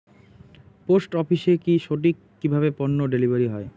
Post অফিসে কি সঠিক কিভাবে পন্য ডেলিভারি হয়?